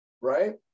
Right